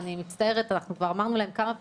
אני מצטערת, אנחנו כבר אמרנו להם כמה פעמים,